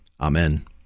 Amen